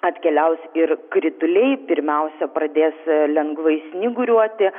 atkeliaus ir krituliai pirmiausia pradės lengvai snyguriuoti